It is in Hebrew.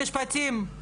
משרד המשפטים,